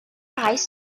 price